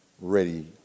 ready